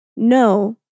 no